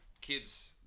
Kids